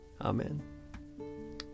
amen